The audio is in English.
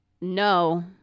No